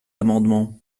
amendement